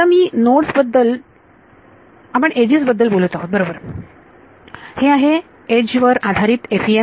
आता मी नोड्स बद्दल आपण एजेस बद्दल बोलत आहोत बरोबर हे आहे एज वर आधारित FEM